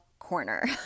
corner